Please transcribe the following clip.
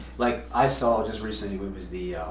like, i saw just recently, was the